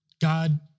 God